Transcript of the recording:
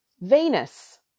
Venus